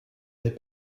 n’est